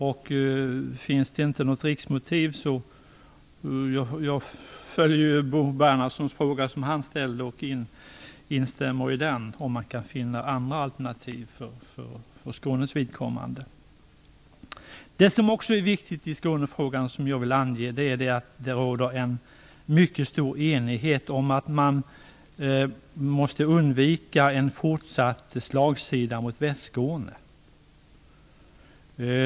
Jag följer ju den fråga som Bo Bernhardsson ställde och instämmer i den. Om det inte finns något rikstäckande motiv, kanske det finns andra alternativ för Skånes vidkommande. Något som jag också vill ange som viktigt i Skånefrågan är att det råder en mycket stor enighet om att man måste undvika en fortsatt slagsida mot Västskåne.